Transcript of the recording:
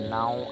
now